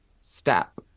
step